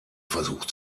versucht